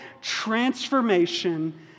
transformation